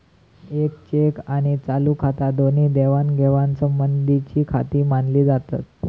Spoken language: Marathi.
येक चेक आणि चालू खाता दोन्ही ही देवाणघेवाण संबंधीचीखाती मानली जातत